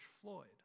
Floyd